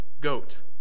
goat